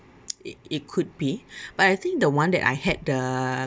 it it could be but I think the one that I had the